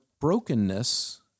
brokenness